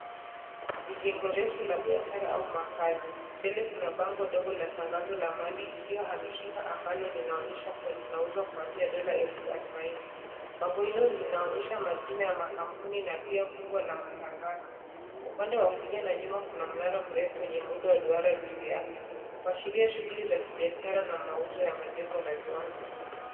Ni jengo refu la biashara au makazi. Mbele kuna bango dogo la tangazo la mali isiyohamishika ambalo linaonyesha kuwa linauzwa kuanzia dola elfu arubaini. Bango hilo linaonyesha majina ya makampuni na pia kubwa la matangazo. Upande wa kulia na nyuma kuna mnara mrefu wenye muundo wa duara juu yake, kuashiria shughuli za kibiashara na mauzo ya majengo na viwanja.